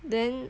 then